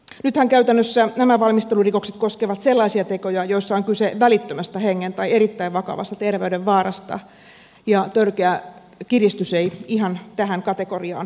nythän käytännössä nämä valmistelurikokset koskevat sellaisia tekoja joissa on kyse välittömästä hengen tai erittäin vakavasta terveyden vaarasta ja törkeä kiristys ei ihan tähän kategoriaan mahdu